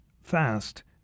fast